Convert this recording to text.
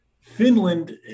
Finland